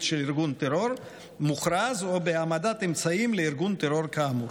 של ארגון טרור מוכרז או בהעמדת אמצעים לארגון טרור כאמור.